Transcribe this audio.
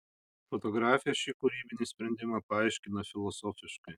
fotografė šį kūrybinį sprendimą paaiškina filosofiškai